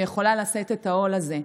ויכולה לשאת את העול הזה.